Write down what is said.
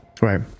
Right